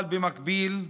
אבל במקביל,